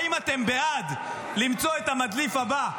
האם אתם בעד למצוא את המדליף הבא,